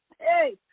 Hey